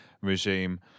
regime